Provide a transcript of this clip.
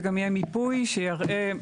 זה גם יהיה מיפוי שיראה בכל מקום איפה זה.